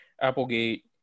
Applegate